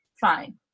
Fine